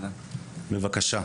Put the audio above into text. בבקשה.